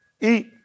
Eat